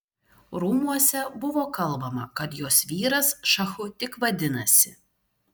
rūmuose buvo kalbama kad jos vyras šachu tik vadinasi